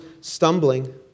stumbling